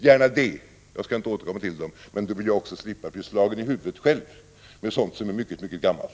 Gärna det, jag skall inte återkomma till detta, men då vill jag också slippa bli slagen i huvudet själv med sådant som är mycket gammalt.